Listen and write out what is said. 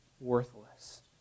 worthless